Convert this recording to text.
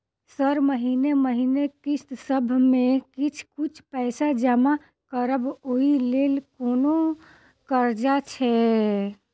Sir महीने महीने किस्तसभ मे किछ कुछ पैसा जमा करब ओई लेल कोनो कर्जा छैय?